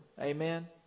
Amen